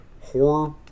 horror